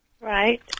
Right